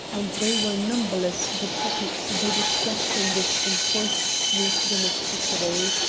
and they were numberless the topics they discussed in this enforced sweet domesticity.